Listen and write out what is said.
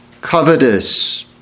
covetous